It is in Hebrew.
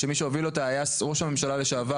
שמי שהוביל אותה היה ראש הממשלה לשעבר